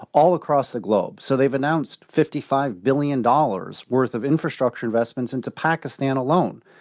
all across the globe. so they've announced fifty five billion dollars worth of infrastructure investments into pakistan alone.